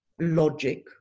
logic